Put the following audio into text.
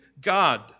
God